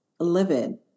Livid